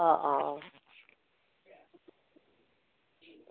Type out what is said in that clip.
অঁ অঁ